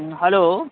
hello